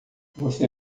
você